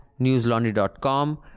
newslaundry.com